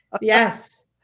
yes